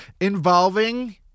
involving